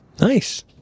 nice